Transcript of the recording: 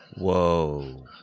Whoa